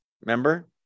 Remember